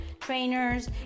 trainers